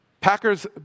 Packer's